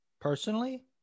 Personally